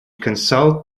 consult